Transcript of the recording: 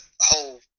whole